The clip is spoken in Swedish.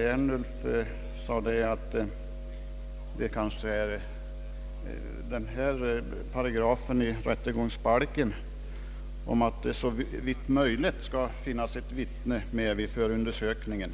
Eftersom remissinstansen menar att den paragraf i rättegångsbalken, som säger att det såvitt möjligt skall finnas vittne vid förundersökningen,